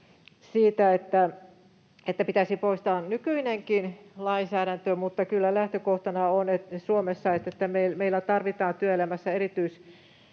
että pitäisi poistaa nykyinenkin lainsäädäntö, mutta kyllä lähtökohtana on Suomessa, että meillä tarvitaan työelämässä